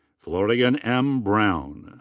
florian m. browne.